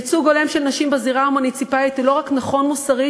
ייצוג הולם של נשים בזירה המוניציפלית הוא לא רק נכון מוסרית,